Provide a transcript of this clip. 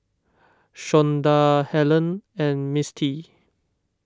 Shonda Hellen and Mistie